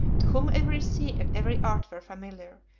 to whom every sea and every art were familiar,